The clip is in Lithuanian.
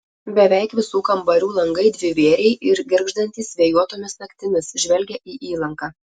beveik visų kambarių langai dvivėriai ir girgždantys vėjuotomis naktimis žvelgia į įlanką